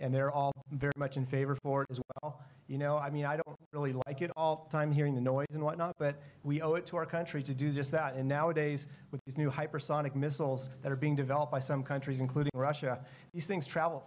and they're all very much in favor of port as you know i mean i don't really like it all time hearing the noise and whatnot but we owe it to our country to do just that and nowadays with these new hypersonic missiles that are being developed by some countries including russia these things travel